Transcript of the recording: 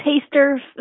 taster